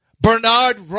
Bernard